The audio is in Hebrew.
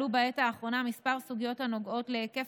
עלו בעת האחרונה כמה סוגיות הנוגעות להיקף